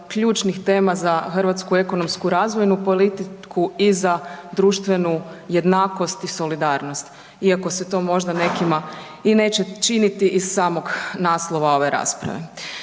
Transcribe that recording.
ključnih tema za hrvatsku ekonomsku razvojnu politiku i za društvenu jednakost i solidarnost, iako se to možda nekima i neće činiti iz samog naslova ove rasprave.